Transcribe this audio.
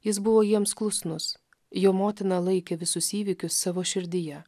jis buvo jiems klusnus jo motina laikė visus įvykius savo širdyje